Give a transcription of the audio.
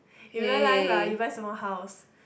in real life ah you buy 什么 house